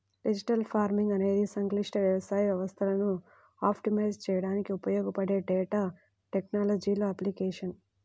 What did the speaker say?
digital farming అనేది సంక్లిష్ట వ్యవసాయ వ్యవస్థలను ఆప్టిమైజ్ చేయడానికి ఉపయోగపడే డేటా టెక్నాలజీల అప్లికేషన్